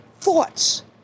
thoughts